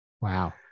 Wow